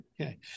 Okay